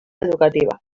educativa